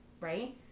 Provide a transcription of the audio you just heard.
Right